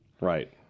Right